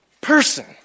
person